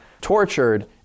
tortured